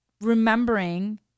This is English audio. remembering